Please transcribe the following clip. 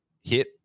hit